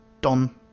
Don